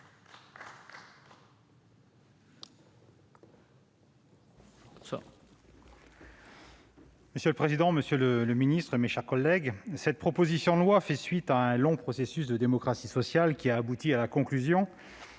Monsieur le président, monsieur le secrétaire d'État, mes chers collègues, cette proposition de loi fait suite à un long processus de démocratie sociale, ayant abouti à la conclusion